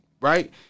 Right